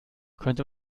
könnte